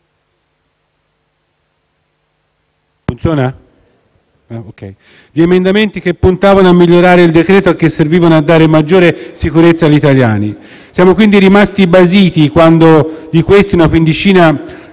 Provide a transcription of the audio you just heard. un pacchetto di emendamenti che puntavano a migliorare il decreto-legge e che servivano a dare maggiore sicurezza agli italiani. Siamo quindi rimasti basiti quando una quindicina